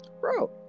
bro